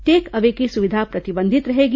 take away की सुविधा प्रतिबंधित रहेगी